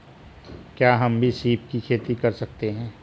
क्या हम भी सीप की खेती कर सकते हैं?